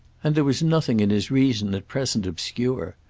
and there was nothing in his reason at present obscure.